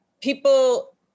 people